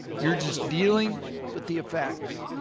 you're just dealing with the effects.